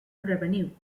revenue